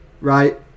Right